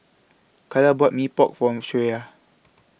Calla bought Mee Pok For Shreya